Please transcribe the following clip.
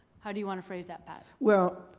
how do you want to phrase that, pat? well,